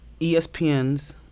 ESPN's